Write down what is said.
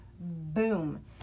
boom